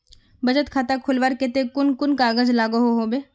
बचत खाता खोलवार केते कुन कुन कागज लागोहो होबे?